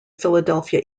philadelphia